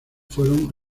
fueron